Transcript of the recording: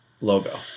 logo